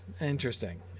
Interesting